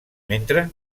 mentre